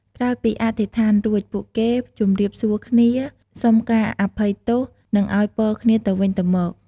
ក្រោយពីអធិស្ឋានរួច ពួកគេជម្រាបសួរគ្នា សុំការអភ័យទោស និងឱ្យពរគ្នាទៅវិញទៅមក។